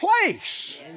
place